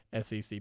SEC